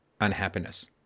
unhappiness